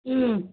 ம்